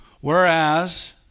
Whereas